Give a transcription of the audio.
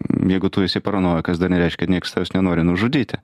jeigu tu esi paranojikas dar nereiškia kad nieks tavęs nenori nužudyti